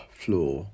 floor